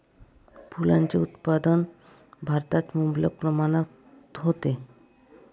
फुलांचे उत्पादन भारतात मुबलक प्रमाणात होते